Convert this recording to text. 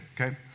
okay